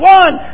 one